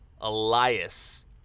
Elias